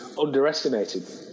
underestimated